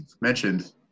mentioned